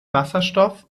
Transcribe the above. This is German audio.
wasserstoff